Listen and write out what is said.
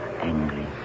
angry